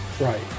Right